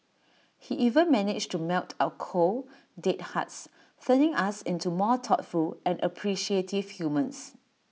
he even managed to melt our cold dead hearts turning us into more thoughtful and appreciative humans